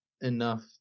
enough